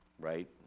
right